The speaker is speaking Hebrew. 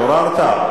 התעוררת?